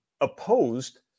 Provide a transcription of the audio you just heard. opposed